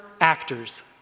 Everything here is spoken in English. actors